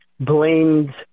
blamed